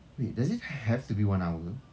wait does it have to be one hour